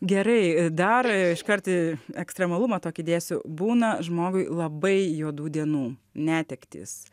gerai dar iškart ekstremalumą tokį dėsiu būna žmogui labai juodų dienų netektys